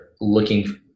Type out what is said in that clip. looking